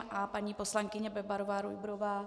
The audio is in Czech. A paní poslankyně Bebarová Rujbrová?